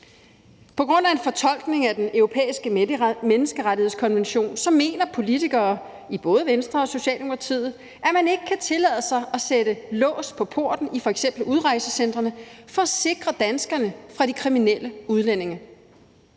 På grund af en fortolkning af Den Europæiske Menneskerettighedskonvention mener politikere i både Venstre og Socialdemokratiet, at man ikke kan tillade sig at sætte lås på porten i f.eks. udrejsecentrene for at sikre danskerne fra de kriminelle udlændinge.